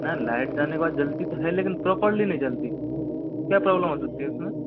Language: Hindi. न लाइट जाने के बाद जलती तो है लेकिन प्रोपर्ली नहीं जलती क्या प्रॉब्लम हो सकती है उसमें